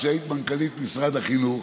היית מנכ"לית משרד החינוך